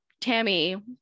Tammy